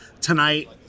tonight